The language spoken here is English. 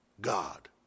God